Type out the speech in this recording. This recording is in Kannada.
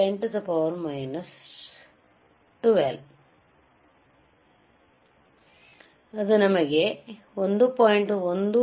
001x10 12 ಅದು ನಮಗೆ fs 1